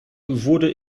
wurde